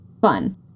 fun